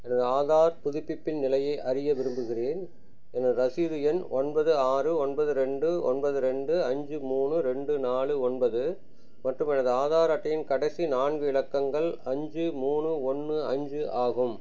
எனது ஆதார் புதுப்பிப்பின் நிலையை அறிய விரும்புகிறேன் எனது ரசீது எண் ஒன்பது ஆறு ஒன்பது ரெண்டு ஒன்பது ரெண்டு அஞ்சு மூணு ரெண்டு நாலு ஒன்பது மற்றும் எனது ஆதார் அட்டையின் கடைசி நான்கு இலக்கங்கள் அஞ்சு மூணு ஒன்று அஞ்சு ஆகும்